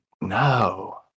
no